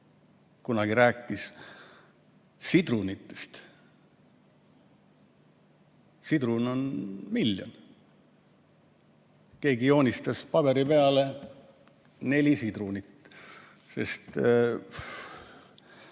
kunagi rääkis sidrunitest? Sidrun on miljon. Keegi joonistas paberi peale neli sidrunit, sest